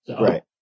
Right